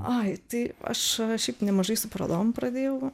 ai tai aš šiaip nemažai su parodom pradėjau